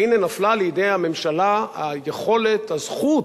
והנה, נפלה לידי הממשלה היכולת, הזכות,